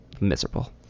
miserable